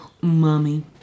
mommy